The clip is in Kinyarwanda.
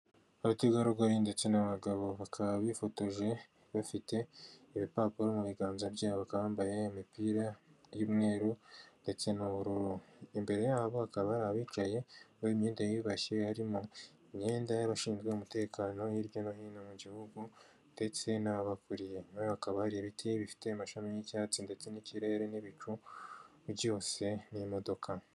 Abategarugori ndetse n'abagabo, bakaba bifotoje bafite ibipapuro mu biganza byabo, bakaba bambaye imipira y'umweru ndetse n'ubururu. Imbere yabo hakaba hari abicaye bambaye imyenda yiyubashye, harimo imyenda y'abashinzwe umutekano hirya no hino mu gihugu ndetse n'ababakuriye. Inyuma yabo hakaba hari ibiti bifite amashami y'icyatsi ndetse n'ikirere n'ibicu byose n'imodoka.